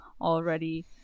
already